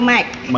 Mike